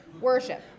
worship